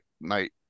Night